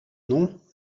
non